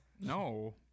No